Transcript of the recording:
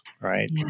right